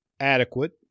adequate